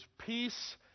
peace